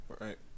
right